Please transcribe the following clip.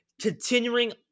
Continuing